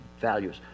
values